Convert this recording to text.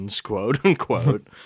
quote-unquote